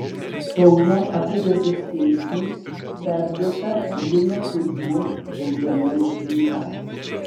kauno apygardos teismui perduota lino kudžmos baudžiamoji byla